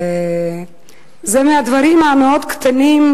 זה מהדברים המאוד-קטנים,